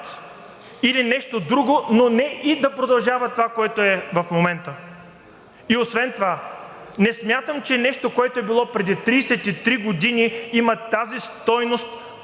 или нещо друго, но не и да продължава това, което е в момента. И освен това не смятам, че нещо, което е било преди 33 години, има тази стойност,